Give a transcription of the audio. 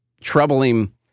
troubling